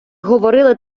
говорили